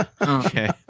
Okay